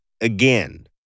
again